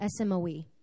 SMOE